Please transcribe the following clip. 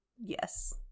Yes